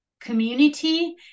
community